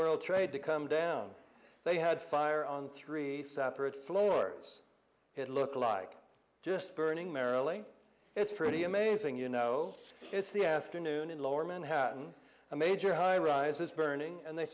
world trade to come down they had fire on three separate floors it looked like just burning merrily it's pretty amazing you know it's the afternoon in lower manhattan a major high rise is burning and they